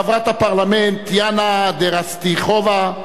חברת הפרלמנט יאנה דרסטיחובה,